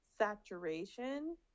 Saturation